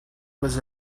was